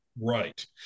right